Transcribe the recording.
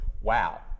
wow